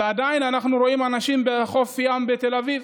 ועדיין, אנחנו רואים אנשים בחוף ים בתל אביב,